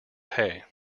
pay